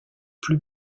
plus